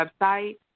website